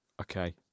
Okay